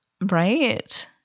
Right